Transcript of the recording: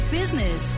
business